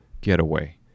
getaway